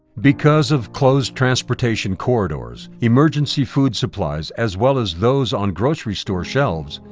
because of closed transportation corridors, emergency food supplies, as well as those on grocery store shelves,